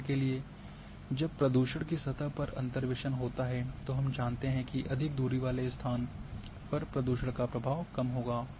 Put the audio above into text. उदाहरण के लिए जब प्रदूषण की सतह पर अंतर्वेसन होता है तो हम जानते हैं कि अधिक दूरी वाले स्थान पर प्रदूषण का प्रभाव कम होगा